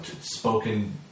spoken